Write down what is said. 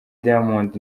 diamond